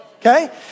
Okay